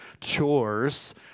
chores